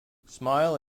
smile